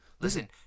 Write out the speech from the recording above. Listen